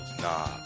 Nah